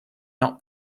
not